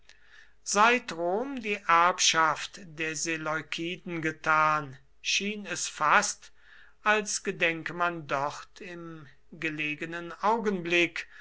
seit rom die erbschaft der seleukiden getan schien es fast als gedenke man dort im gelegenen augenblick